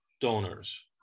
donors